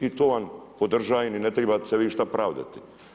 I to vam podržavam i ne trebate se vi šta pravdati.